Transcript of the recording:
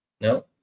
no